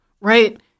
right